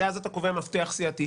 שאז אתה קובע מפתח סיעתי.